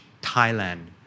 Thailand